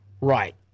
Right